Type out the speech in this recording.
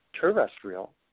terrestrial